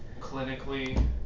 Clinically